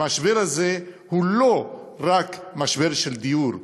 המשבר הזה הוא לא רק משבר דיור,